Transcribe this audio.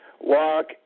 walk